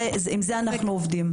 עם זה אנחנו עובדים.